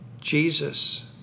Jesus